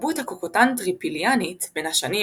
התרבות הקוקוטן-טריפיליאנית בין השנים